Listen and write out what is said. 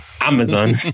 Amazon